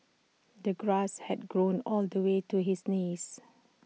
the grass had grown all the way to his knees